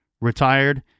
retired